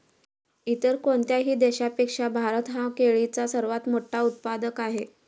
इतर कोणत्याही देशापेक्षा भारत हा केळीचा सर्वात मोठा उत्पादक आहे